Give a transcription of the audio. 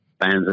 fans